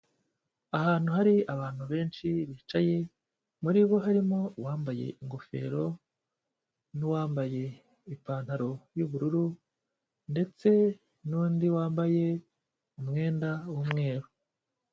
Ahantu hari abantu benshi bicaye, muri bo harimo uwambaye ingofero n'uwambaye ipantaro y'ubururu ndetse n'undi wambaye umwenda w'umweru.